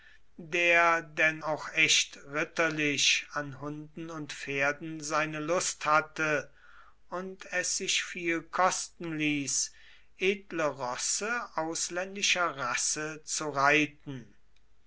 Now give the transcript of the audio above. der denn auch echt ritterlich an hunden und pferden seine lust hatte und es sich viel kosten ließ edle rosse ausländischer rasse zu reiten